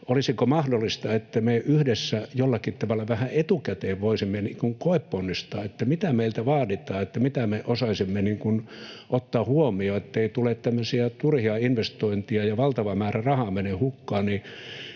olisiko mahdollista, että me yhdessä jollakin tavalla vähän etukäteen voisimme koeponnistaa, mitä meiltä vaaditaan, mitä me osaisimme ottaa huomioon, ettei tule tämmöisiä turhia investointeja ja valtava määrä rahaa mene hukkaan.